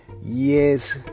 yes